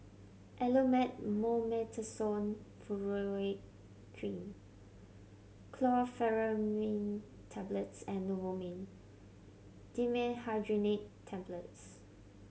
Elomet Mometasone Furoate Cream Chlorpheniramine Tablets and Novomin Dimenhydrinate Tablets